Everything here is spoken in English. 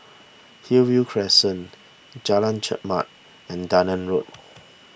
Hillview Crescent Jalan Chermat and Dunearn Road